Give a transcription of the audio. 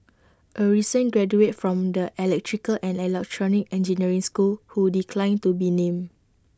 A recent graduate from the electrical and electronic engineering school who declined to be named